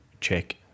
check